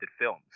films